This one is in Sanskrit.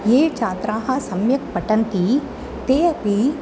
ये छात्राः सम्यक् पठन्ति ते अपि